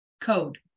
code